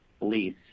lease